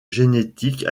génétique